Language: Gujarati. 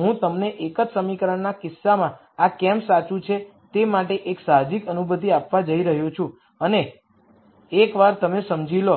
હું તમને એક જ સમીકરણના કિસ્સામાં આ કેમ સાચું છે તે માટે એક સાહજિક અનુભૂતિ આપવા જઇ રહ્યો છું અને એકવાર તમે સમજી લો